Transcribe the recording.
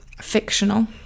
fictional